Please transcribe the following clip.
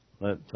let